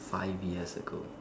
five years ago